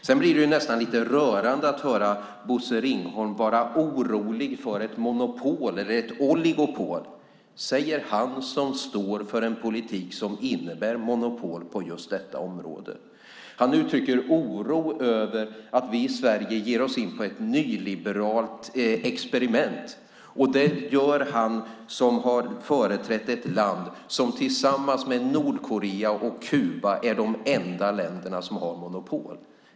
Det blir nästan lite rörande att höra Bosse Ringholm vara orolig för ett monopol eller ett oligopol. Det säger han som står för en politik som innebär monopol på just detta område. Han uttrycker oro över att vi i Sverige ger oss in på ett nyliberalt experiment. Det gör han som har företrätt ett land som tillsammans med Nordkorea och Kuba är de enda länder som har monopol.